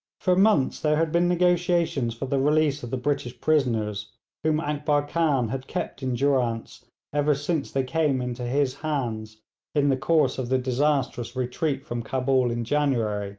for months there had been negotiations for the release of the british prisoners whom akbar khan had kept in durance ever since they came into his hands in the course of the disastrous retreat from cabul in january